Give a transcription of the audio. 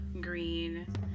green